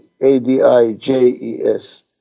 A-D-I-J-E-S